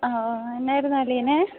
ആ ആ എന്നായിരുന്നു അലീനേ